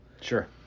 Sure